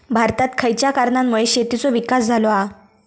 भारतात खयच्या कारणांमुळे शेतीचो विकास झालो हा?